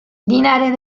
linares